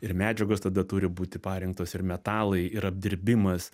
ir medžiagos tada turi būti parengtos ir metalai ir apdirbimas